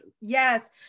yes